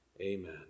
Amen